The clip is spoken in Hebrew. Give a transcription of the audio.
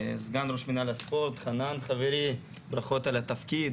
סגן ראש מינהל הספורט, חנן חברי, ברכות על התפקיד.